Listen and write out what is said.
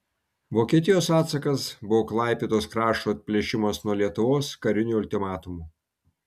vokietijos atsakas buvo klaipėdos krašto atplėšimas nuo lietuvos kariniu ultimatumu